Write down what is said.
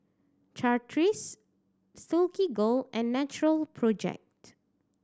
Chateraise Silkygirl and Natural Project